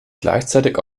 gleichzeitig